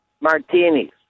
martinis